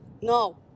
No